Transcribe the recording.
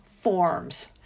forms